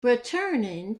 returning